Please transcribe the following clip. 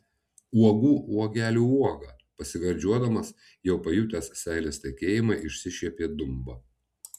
uogų uogelių uoga pasigardžiuodamas jau pajutęs seilės tekėjimą išsišiepė dumba